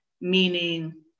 Meaning